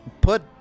put